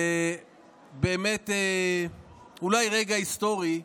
ובאמת, אולי רגע היסטורי,